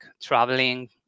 traveling